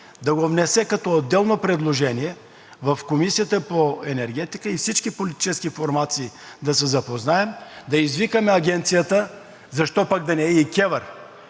да го внесе като отделно предложение в Комисията по енергетика. Всички политически формации да се запознаем, да извикаме Агенцията, защо пък да не е и КЕВР.